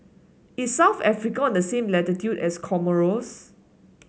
is South Africa on the same latitude as Comoros